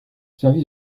service